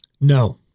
No